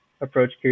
approach